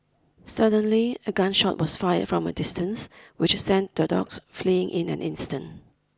suddenly a gun shot was fired from a distance which sent the dogs fleeing in an instant